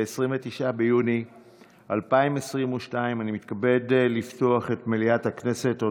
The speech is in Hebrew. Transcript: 29 ביוני 2022. אני מתכבד לפתוח את ישיבת מליאת הכנסת.